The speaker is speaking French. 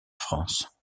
france